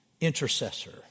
intercessor